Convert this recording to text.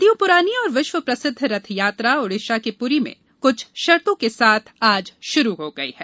सदियों पुरानी और विश्व प्रसिद्ध रथयात्रा ओडिशा के पुरी में कुछ शर्तों के साथ आज शुरू हो गयी है